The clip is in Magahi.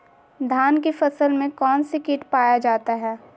धान की फसल में कौन सी किट पाया जाता है?